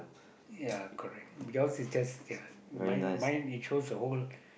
ya correct yours is just ya mine mine he chose the whole